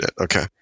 Okay